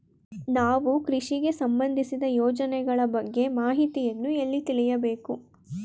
ನಾವು ಕೃಷಿಗೆ ಸಂಬಂದಿಸಿದ ಯೋಜನೆಗಳ ಬಗ್ಗೆ ಮಾಹಿತಿಯನ್ನು ಎಲ್ಲಿ ತಿಳಿಯಬೇಕು?